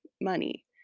money